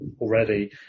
already